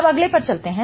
अब अगले पर चलते हैं